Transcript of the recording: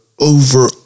over